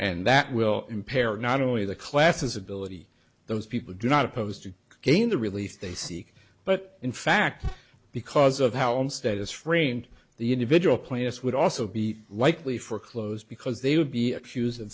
and that will impair not only the classes ability those people do not opposed to gain the release they seek but in fact because of how instead is framed the individual players would also be likely foreclosed because they would be accused